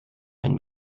ein